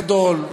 גדול,